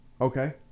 Okay